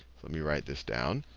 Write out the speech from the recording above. let me write this down.